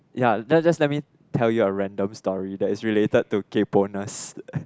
ya let just let me tell you a random story that is related to kaypohness